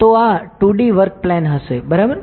તો આ 2D work plane હશે બરાબર